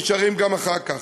נשארים גם אחר כך.